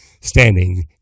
standing